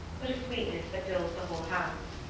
but a sweetness that fills the whole house.